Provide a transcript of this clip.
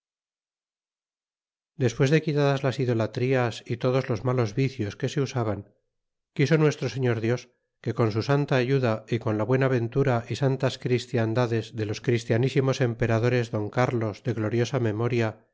despues de quitadas las idolatrías y todos los malos vicios que se usaban quiso nuestro señor dios que con su santa ayuda y con la buena ventura y santas christiandades de los christianisimos emperadores don crlos de gloriosa memoria